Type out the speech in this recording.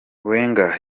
wenger